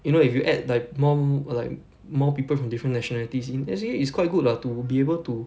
you know if you add di~ more like more people from different nationalities in actually it's quite good lah to be able to